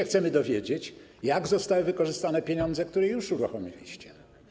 Chcemy się dowiedzieć, jak zostały wykorzystane pieniądze, które już uruchomiliście.